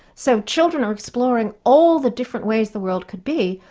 so children are exploring all the different ways the world could be.